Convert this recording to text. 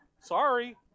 sorry